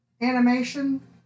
animation